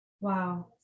Wow